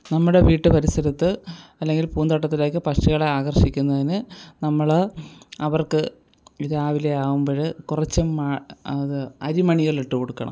നമ്മുടെ വീട്ടു പരിസരത്ത് അല്ലെങ്കിൽ പൂന്തോട്ടത്തിലേക്ക് പക്ഷികളെ ആകർഷിക്കുന്നതിന് നമ്മൾ അവർക്ക് രാവിലെ ആകുമ്പഴ് കുറച്ച് അത് അരിമണികൾ ഇട്ടുകൊടുക്കണം